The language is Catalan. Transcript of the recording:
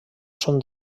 són